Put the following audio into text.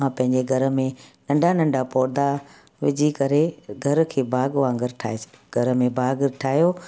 मां पंहिंजे घर में नंढा नंढा पौधा विझी करे घर खे बाग़ु वांगुरु ठाहे छ घर में बाग़ु ठाहियो